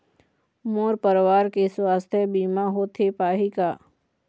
मोर परवार के सुवास्थ बीमा होथे पाही का?